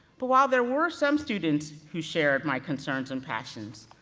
but while there were some students who shared my concerns and passions,